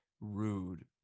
rude